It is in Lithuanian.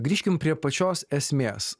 grįžkim prie pačios esmės